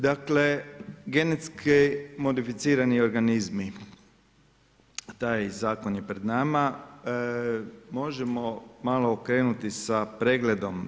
Dakle, genetski modificirani organizmi, taj zakon je pred nama, možemo malo okrenuti sa pregledom.